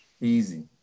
Easy